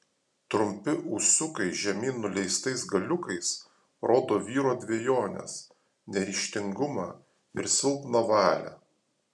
trumpi ūsiukai žemyn nuleistais galiukais rodo vyro dvejones neryžtingumą ir silpną valią